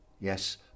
yes